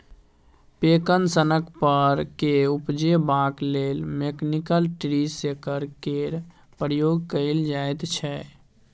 पैकन सनक फर केँ उपजेबाक लेल मैकनिकल ट्री शेकर केर प्रयोग कएल जाइत छै